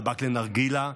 טבק לנרגילה,